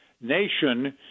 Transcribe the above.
nation